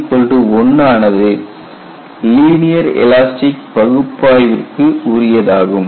n 1 ஆனது linear elastic பகுப்பாய்வு க்குரியதாகும்